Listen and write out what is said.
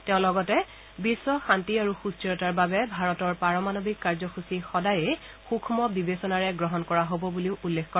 তেওঁ লগতে বিখ্ব শান্তি আৰু সুস্থিৰতাৰ বাবে ভাৰতৰ পাৰমাণৱিক কাৰ্যসূচী সদায়েই সুক্ম বিবেচনাৰে গ্ৰহণ কৰা হ'ব বুলিও উল্লেখ কৰে